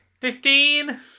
Fifteen